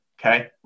okay